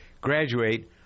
graduate